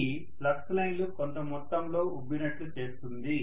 ఇది ఫ్లక్స్ లైన్లు కొంత మొత్తంలో ఉబ్బినట్లు చేస్తుంది